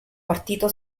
partito